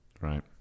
Right